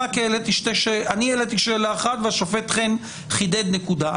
אני העליתי שאלה אחת והשופט חן חידד נקודה.